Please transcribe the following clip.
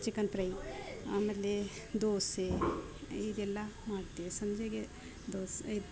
chicken fry ಆಮೇಲೆ ದೋಸೆ ಹೀಗೆಲ್ಲ ಮಾಡುತ್ತೇವೆ ಸಂಜೆಗೆ ದೋಸೆ